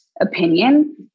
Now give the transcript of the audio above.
opinion